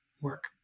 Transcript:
work